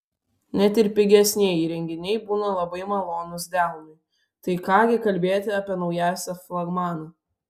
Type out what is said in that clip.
net ir pigesnieji įrenginiai būna labai malonūs delnui tai ką gi kalbėti apie naujausią flagmaną